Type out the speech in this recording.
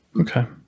Okay